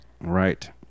right